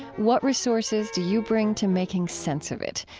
what resources do you bring to making since of it?